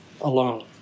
alone